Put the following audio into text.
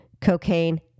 cocaine